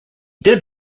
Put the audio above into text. did